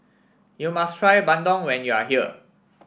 you must try Bandung when you are here